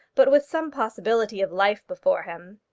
but with some possibility of life before him.